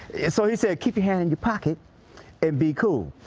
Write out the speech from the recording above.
so he said keep your hand in your pocket and be cool.